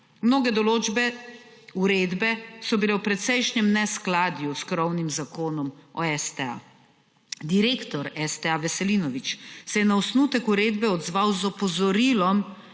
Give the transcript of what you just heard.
Mnoge določbe, uredbe so bile v precejšnjem neskladju s krovnim Zakonom o STA. Direktor STA Veselinovič se je na osnutek uredbe odzval z opozorilom,